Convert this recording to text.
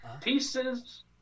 Pieces